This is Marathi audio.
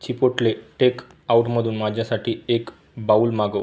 चिपोटले टेकआउटमधून माझ्यासाठी एक बाऊल मागव